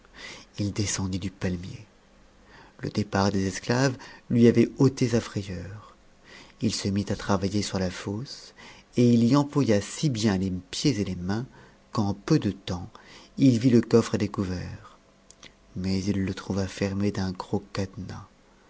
i descendit du palmier le départ des esclaves lui avait ôté sa frayeur h se mit à travailler sur la fosse et il y employa si bien les pieds et les mains qu'en peu de temps il vitle coffre à découvert mais il le trouva fermé d'un gros cadenas